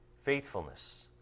faithfulness